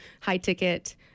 high-ticket